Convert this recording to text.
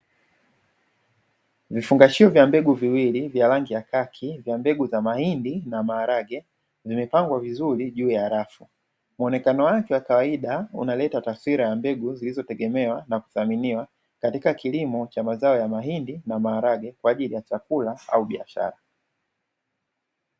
Vifungashio vya mbegu viwili vya rangi ya kaki vya mbegu za mahindi na maharage zimepangwa vizuri juu ya rafu, muonekano wake wa kawaida unaleta taswira ya mbegu zilizotegemewa na kuthaminiwa katika kilimo cha mazao ya mahindi na maharage, kwa ajili ya chakula au biashara.